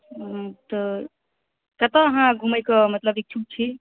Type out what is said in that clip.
हूँ तऽ कतऽ अहाँ घुमै कऽ मतलब इच्छुक छी